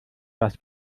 was